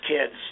kids